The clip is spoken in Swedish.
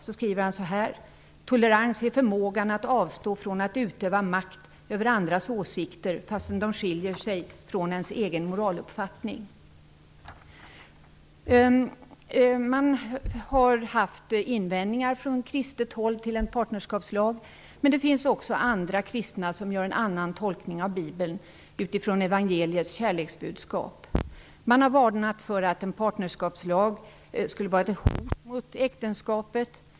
Han skriver att tolerans är förmågan att avstå från att utöva makt över andras åsikter fastän de skiljer sig från ens egen moraluppfattning. En del kristna har haft invändningar mot en partnerskapslag, men det finns andra kristna som gör en annan tolkning av Bibeln utifrån evangeliernas kärleksbudskap. Det har varnats för att en partnerskapslag skulle vara ett hot mot äktenskapet.